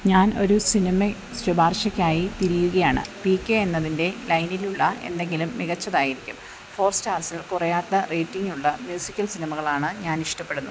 ഞാൻ ഒരു സിനിമ ശുപാർശയ്ക്കായി തിരയുകയാണ് പി കെ എന്നതിൻ്റെ ലൈനിലുള്ള എന്തെങ്കിലും മികച്ചതായിരിക്കും ഫോർ സ്റ്റാർസിൽ കുറയാത്ത റേയ്റ്റിംഗുള്ള മ്യൂസിക്കൽ സിനിമകളാണ് ഞാൻ ഇഷ്ടപ്പെടുന്നത്